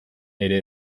ere